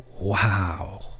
Wow